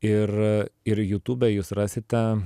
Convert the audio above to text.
ir ir jutube jūs rasite